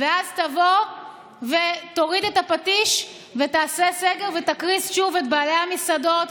ואז תבוא ותוריד את הפטיש ותעשה סגר ותקריס שוב את בעלי המסעדות,